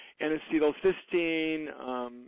N-acetylcysteine